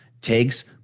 takes